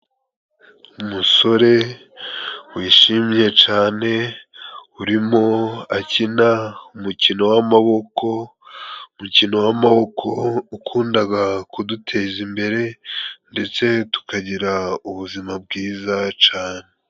Umusore wishimye cane, urimo akina umukino w'amaboko, umukino w'amaboko ukundaga kuduteza imbere ndetse tukagira ubuzima bwiza cane.